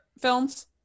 films